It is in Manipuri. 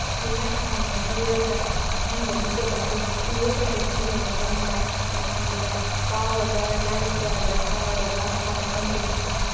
ꯑꯩꯈꯣꯏꯅ ꯑꯍꯥꯡꯕ ꯇꯨꯔꯦꯜꯗ ꯑꯍꯥꯟꯕꯗ ꯂꯨꯖꯕ ꯏꯔꯣꯏꯕ ꯍꯩꯇ꯭ꯔꯤꯉꯩ ꯃꯇꯝꯗ ꯂꯐꯨꯗ ꯇꯥꯎꯔꯒ ꯒꯥꯔꯤ ꯇꯌꯥꯔꯗ ꯇꯥꯎꯔꯒ ꯍꯥꯟꯅ ꯇꯝꯖꯈꯤ